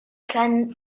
planet